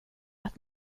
att